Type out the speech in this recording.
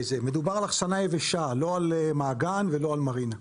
מדובר על אחסנה יבשה, לא על מעגן ולא על מרינה.